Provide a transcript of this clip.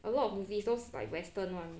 a lot of movies those like western [one]